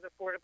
affordable